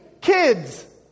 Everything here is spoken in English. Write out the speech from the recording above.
kids